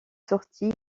sortie